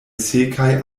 sekaj